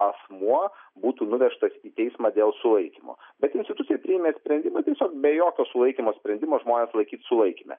asmuo būtų nuvežtas į teismą dėl sulaikymo bet institucija priėmė sprendimą tiesiog be jokio sulaikymo sprendimo žmones laikyt sulaikyme